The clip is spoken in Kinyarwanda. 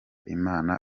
imana